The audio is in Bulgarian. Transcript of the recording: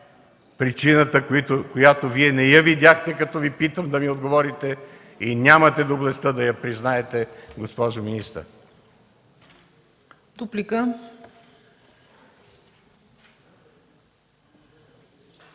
причината, която Вие не видяхте, като Ви питах да ми отговорите, и нямате доблестта да я признаете, госпожо министър.